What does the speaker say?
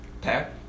pack